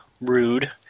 rude